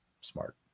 smart